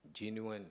genuine